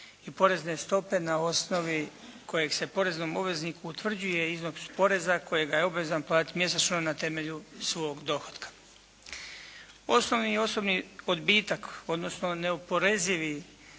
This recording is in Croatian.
i porezne stope na osnovi koje se poreznom obvezniku utvrđuje iznos poreza kojega je obvezan platiti mjesečno na temelju svog dohotka. Osnovni i osobni odbitak odnosno neoporezivi